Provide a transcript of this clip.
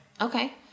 Okay